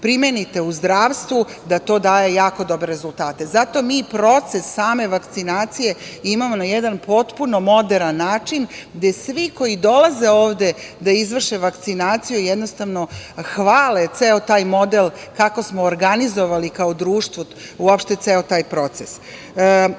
primenite u zdravstvu da to daje jako dobre rezultate. Zato mi proces same vakcinacije imamo na jedan potpuno moderan način, gde svi koji dolaze ovde da izvrše vakcinaciju, jednostavno, hvale ceo taj model kako smo organizovali kao društvo uopšte ceo taj proces. Ono